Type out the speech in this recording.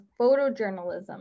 photojournalism